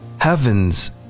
heaven's